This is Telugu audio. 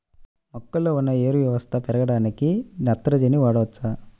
మొక్కలో ఉన్న వేరు వ్యవస్థ పెరగడానికి నత్రజని వాడవచ్చా?